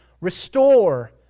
restore